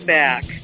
back